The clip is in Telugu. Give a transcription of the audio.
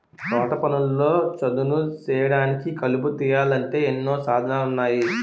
తోటపనుల్లో చదును సేయడానికి, కలుపు తీయాలంటే ఎన్నో సాధనాలున్నాయి